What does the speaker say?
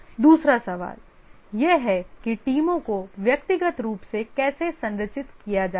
दूसरा सवाल यह है कि टीमों को व्यक्तिगत रूप से कैसे संरचित किया जाता है